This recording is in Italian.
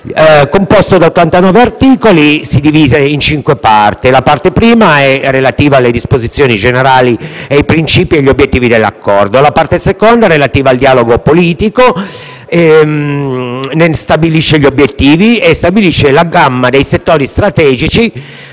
composto di 89 articoli, suddivisi in cinque parti. La parte I è relativa alle disposizioni generali, ai principi e agli obiettivi dell'Accordo; la parte II è relativa al dialogo politico, indicandone gli obiettivi e stabilendo la gamma di settori strategici